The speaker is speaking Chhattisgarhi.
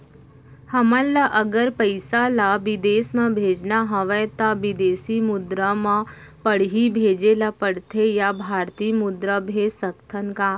हमन ला अगर पइसा ला विदेश म भेजना हवय त विदेशी मुद्रा म पड़ही भेजे ला पड़थे या भारतीय मुद्रा भेज सकथन का?